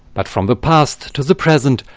but from the past to the present,